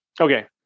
Okay